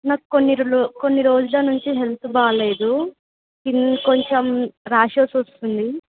నాకు కొన్ని రో కొన్ని రోజుల నుంచి హెల్త్ బాగోలేదు స్కిన్ కొంచెం ర్యాషస్ వస్తుంది